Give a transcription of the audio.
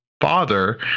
father